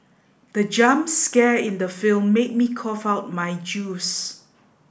the jump scare in the film made me cough out my juice